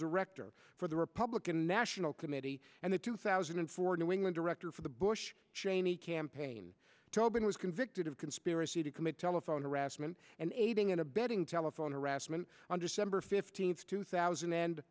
director for the republican national committee and the two thousand and four new england director for the bush cheney campaign tobin was convicted of conspiracy to commit telephone harassment and aiding and abetting telephone harassment understander fifteenth two thousand and